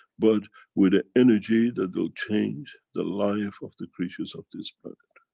but with the energy that will change the life of the creatures of this planet.